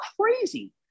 crazy